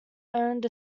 earned